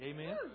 amen